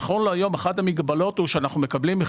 נכון להיום אחת המגבלות הוא שאנחנו מקבלים,